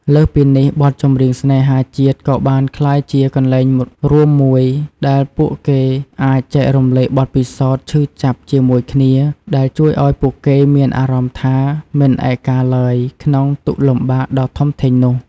លើសពីនេះ បទចម្រៀងស្នេហាជាតិក៏បានក្លាយជា កន្លែងរួមមួយ ដែលពួកគេអាច ចែករំលែកបទពិសោធន៍ឈឺចាប់ ជាមួយគ្នា ដែលជួយឲ្យពួកគេមានអារម្មណ៍ថា មិនឯកាឡើយក្នុងទុក្ខលំបាកដ៏ធំធេងនោះ។